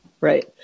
Right